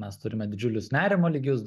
mes turime didžiulius nerimo lygius